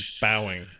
Bowing